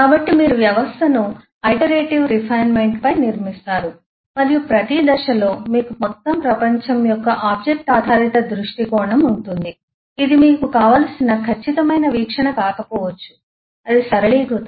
కాబట్టి మీరు వ్యవస్థను ఐటరేటివ్ రిఫైన్మెంట్ పై నిర్మిస్తారు మరియు ప్రతి దశలో మీకు మొత్తం ప్రపంచం యొక్క ఆబ్జెక్ట్ ఆధారిత దృష్టికోణం ఉంటుంది ఇది మీకు కావలసిన ఖచ్చితమైన వీక్షణ కాకపోవచ్చు అది సరళీకృతం